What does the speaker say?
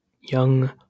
young